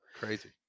Crazy